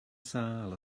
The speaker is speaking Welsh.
sâl